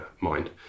mind